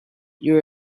you